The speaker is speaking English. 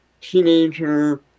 teenager